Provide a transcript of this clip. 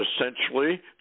essentially